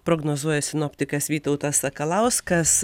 prognozuoja sinoptikas vytautas sakalauskas